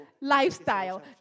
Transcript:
lifestyle